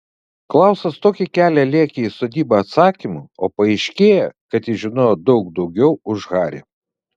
klausas tokį kelią lėkė į sodybą atsakymų o paaiškėja kad jis žino daug daugiau už harį